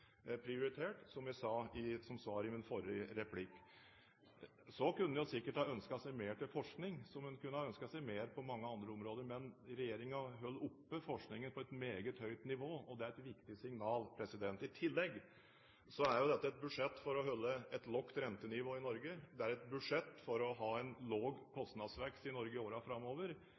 prioritert, som jeg sa som svar på den forrige replikken. Så kunne en sikkert ha ønsket seg mer til forskning, som en kunne ha ønsket seg mer på mange andre områder, men regjeringen holder oppe forskningsbudsjettet på et meget høyt nivå, og det er et viktig signal. I tillegg er dette et budsjett for å holde et lavt rentenivå i Norge. Det er et budsjett for å ha en lav kostnadsvekst i Norge i årene framover.